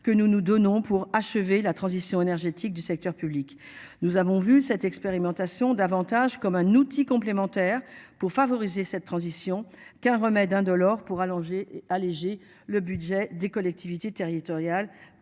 que nous nous donnons pour achever la transition énergétique du secteur public. Nous avons vu cette expérimentation davantage comme un outil complémentaire pour favoriser cette transition qu'un remède indolore pour allonger alléger le budget des collectivités territoriales